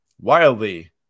wildly